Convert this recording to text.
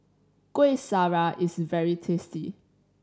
Kuih Syara is very tasty